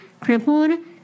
crippled